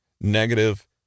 negative